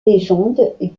légende